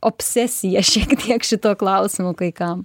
obsesija šiek tiek šituo klausimu kai kam